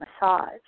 massage